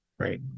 right